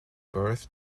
birth